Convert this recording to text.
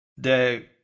de